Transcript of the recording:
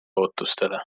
ootustele